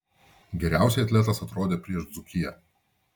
geriausiai atletas atrodė prieš dzūkiją